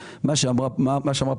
לא יכול להיות